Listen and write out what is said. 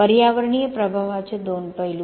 पर्यावरणीय प्रभावाचे दोन पैलू